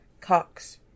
Cox